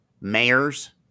mayors